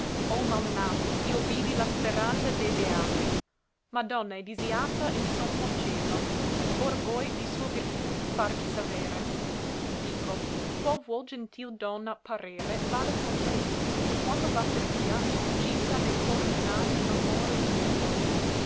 malnati io vidi la speranza de beati madonna è disiata in sommo cielo or vòi di sua virtù farvi savere dico qual vuol gentil donna parere vada con lei chè quando va per via gitta nei cor villani amore un gelo